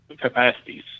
capacities